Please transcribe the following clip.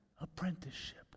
apprenticeship